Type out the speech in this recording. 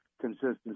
consistency